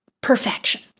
perfection